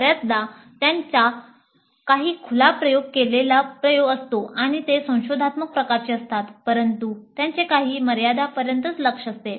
बर्याचदा त्यांचा काही खुला प्रयोग केलेला प्रयोग असतो आणि ते संशोधात्मक प्रकारचे असतात परंतु त्यांचे काही मर्यादांपर्यंतच लक्ष असते